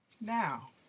Now